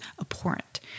abhorrent